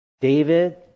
David